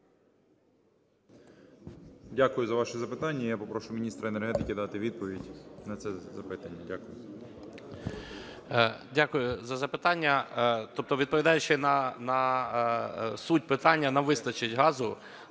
Дякую за ваше запитання. Я попрошу міністра енергетики дати відповідь на це запитання. Дякую. 11:20:24 ГАЛУЩЕНКО Г.В. Дякую за запитання. Тобто відповідаючи на суть питання, нам вистачить газу